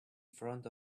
front